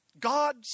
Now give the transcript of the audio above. God